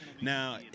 Now